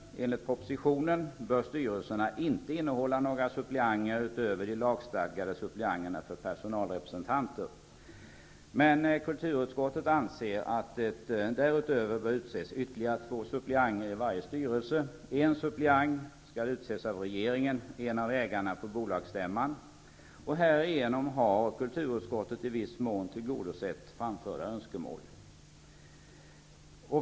Enligt propositionen bör styrelserna inte innehålla några suppleanter utöver de lagstadgade suppleanterna för personalrepresentanter. Men kulturutskottet anser att det därutöver bör utses ytterligare två suppleanter i varje styrelse. En suppleant skall utses av regeringen och en av ägarna på bolagsstämman. Härigenom har kulturutskottet i viss mån tillgodosett framförda önskemål.